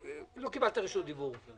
לא קיבלת רשות דיבור.